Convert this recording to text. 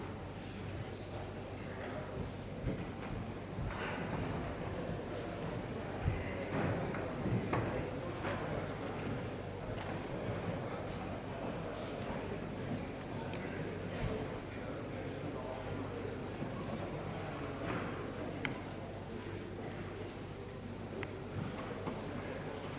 Såväl utskottets majoritet som reservanterna är överens om att tillämpning en av de kvarstående begränsningarna av valutarörelserna, vilka i huvudsak omfattar värdepappershandeln och de finansiella krediterna, tillämpas mycket liberalt. Även i fråga om kapitalöverföringar tillämpas en mycket liberal praxis, och det har också understrukits av herr Hilding att man på den punkten inte har någon annan uppfattning än utskottsmajoriteten.